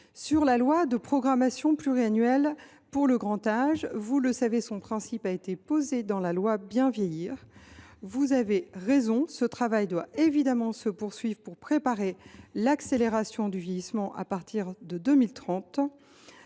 à la loi de programmation pluriannuelle pour le grand âge. Vous le savez, son principe a été posé dans la loi Bien Vieillir. Vous avez raison, ce travail doit évidemment être poursuivi pour préparer l’accélération du vieillissement à partir de 2030.